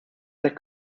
hekk